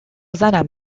زنم